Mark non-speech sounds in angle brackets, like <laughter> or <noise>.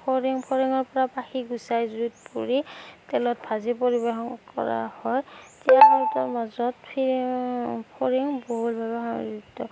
ফৰিং ফৰিঙৰ পৰা পাখি গুচাই জুইত পুৰি তেলত ভাজি পৰিবেশন কৰা হয় তেওঁলোকৰ মাজত <unintelligible> ফৰিং বহুলভাৱে <unintelligible>